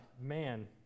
Man